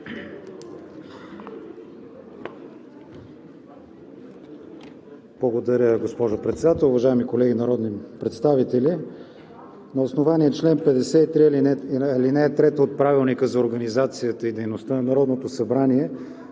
Благодаря, госпожо Председател. Уважаеми колеги народни представители! На основание чл. 53, ал. 3 от Правилника за организацията и дейността на Народното събрание